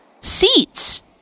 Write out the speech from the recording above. seats